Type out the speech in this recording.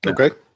Okay